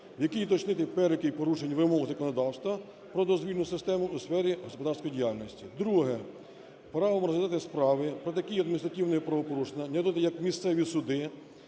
в якій уточнити перелік порушень вимог законодавство про дозвільну систему у сфері господарської діяльності. Друге. Правом розглядати справи про такі адміністративні правопорушення …. місцеві суди